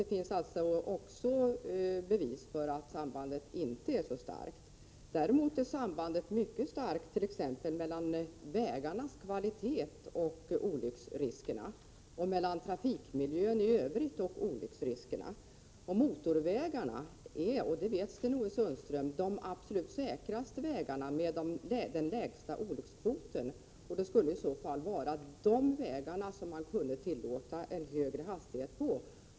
Det finns alltså också bevis för att sambandet inte är så starkt. Däremot är sambandet mycket starkt mellan t.ex. vägarnas kvalitet och olycksriskerna samt mellan trafikmiljön i övrigt och olycksriskerna. Motorvägarna är — det vet också Sten-Ove Sundström — de absolut säkraste vägarna med den lägsta olyckskvoten, och det skulle i så fall vara på de vägarna som man kunde tillåta en högre hastighet.